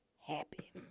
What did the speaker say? happy